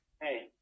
hey